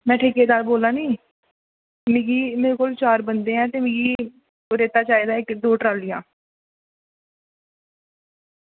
में ठेकेदार बोला नी मिगी मेरे कोल चार बंदे हैन ते मिगी रेता चाहिदा इक दो ट्रॉलियां